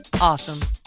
awesome